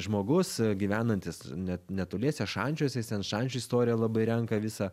žmogus gyvenantis net netoliese šančiuose jisai ten šančių istoriją labai renka visą